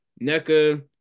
NECA